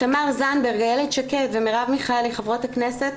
תמר זנדברג, איילת שקד ומרב מיכאלי, חברות הכנסת,